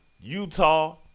Utah